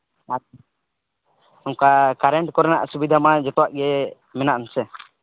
ᱟᱨ ᱚᱱᱠᱟ ᱠᱟᱨᱮᱱᱴ ᱠᱚᱨᱮᱱᱟᱜ ᱥᱩᱵᱤᱫᱟ ᱢᱟ ᱡᱚᱛᱚᱣᱟᱜ ᱜᱮ ᱢᱮᱱᱟᱜᱼᱟ ᱥᱮ